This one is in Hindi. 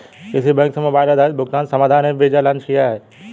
किस बैंक ने मोबाइल आधारित भुगतान समाधान एम वीज़ा लॉन्च किया है?